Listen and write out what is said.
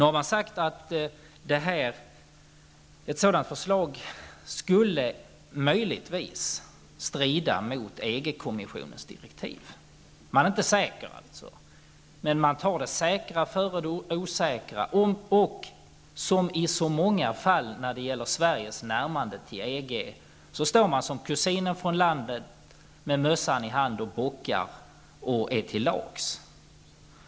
Det har sagts att ett sådant förslag möjligtvis skulle komma att strida mot EG-kommissionens direktiv. Man är inte säker, men man tar det säkra före det osäkra. Som i så många andra fall när det gäller Sveriges närmande till EG står man som kusinen från landet med mössan i hand, bockar och är till lags.